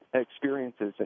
experiences